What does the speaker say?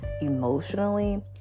emotionally